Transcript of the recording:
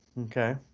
okay